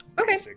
Okay